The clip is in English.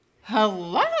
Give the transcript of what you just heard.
Hello